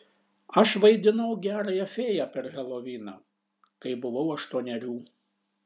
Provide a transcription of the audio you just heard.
aš vaidinau gerąją fėją per heloviną kai buvau aštuonerių